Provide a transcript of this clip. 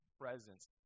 presence